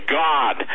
god